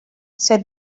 said